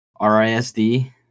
risd